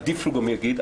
עדיף שהוא גם יגיד.